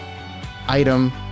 item